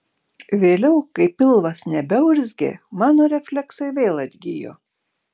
vėliau kai pilvas nebeurzgė mano refleksai vėl atgijo